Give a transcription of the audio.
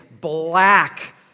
black